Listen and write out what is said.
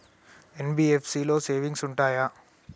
NBFC లో savings ఉంటయా?